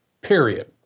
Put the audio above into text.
period